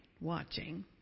watching